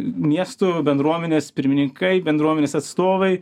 miestų bendruomenės pirmininkai bendruomenės atstovai